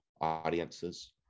audiences